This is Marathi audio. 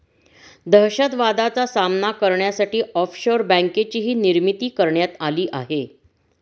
दहशतवादाचा सामना करण्यासाठी ऑफशोअर बँकेचीही निर्मिती करण्यात आली आहे